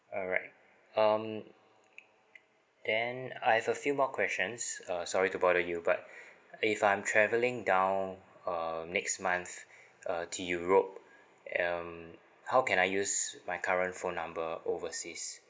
alright um then ah I've a few more questions uh sorry to bother you but if I'm travelling down uh next month uh to europe um how can I use my current phone number overseas